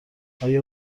آیا